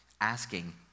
asking